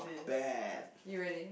bad